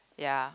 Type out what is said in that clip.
ya